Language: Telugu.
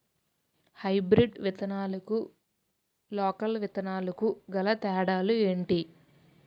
హైబ్రిడ్ విత్తనాలకు లోకల్ విత్తనాలకు గల తేడాలు ఏంటి?